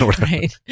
Right